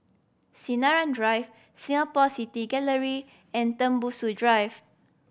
Sinaran Drive Singapore City Gallery and Tembusu Drive